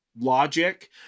logic